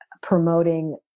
promoting